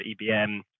EBM